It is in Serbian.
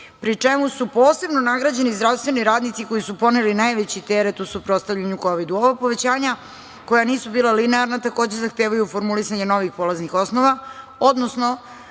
pri čemu su posebno nagrađeni zdravstveni radnici koji su poneli najveći teret u suprotstavljanju kovidu. Ova povećanja, koja nisu bila linearna, takođe zahtevaju formulisanje novih polaznih osnova, odnosno